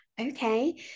Okay